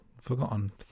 forgotten